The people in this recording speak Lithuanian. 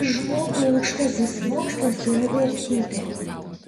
ir žmogui aukštasis mokslas yra vertybė